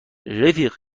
رفیق